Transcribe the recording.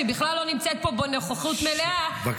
שבכלל לא נמצאת פה בנוכחות מלאה,